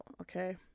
okay